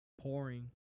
pouring